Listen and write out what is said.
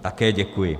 Také děkuji.